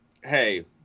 hey